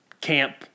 camp